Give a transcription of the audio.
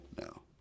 No